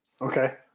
Okay